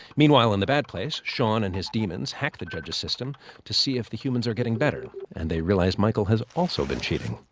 meanwhile in the bad place, shawn and his demons hack the judge's system to see if the humans are getting better, and they realize michael has also been cheating.